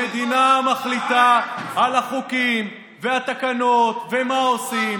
המדינה מחליטה על החוקים והתקנות ומה עושים